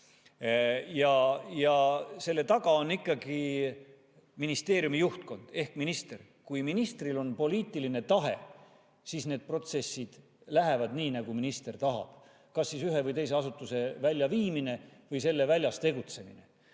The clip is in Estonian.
Ja selle taga on ikkagi ministeeriumi juhtkond ehk minister. Kui ministril on poliitiline tahe, siis need protsessid lähevad nii, nagu minister tahab – kas ühe või teise asutuse pealinnast väljaviimine või selle väljas tegutsemine.